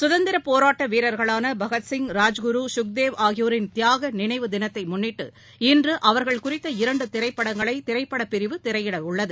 கதந்திரப் போராட்டவீரர்களானபகத் சிங் ராஜ்குரு கக்தேவ் ஆகியோரின் தியாகநினைவு தினத்தைமுன்னிட்டு இன்றுஅவர்கள் குறித்த இரண்டுதிரைப்படங்களைதிரைப்படப்பிரிவு திரையிடவுள்ளது